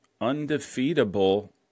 undefeatable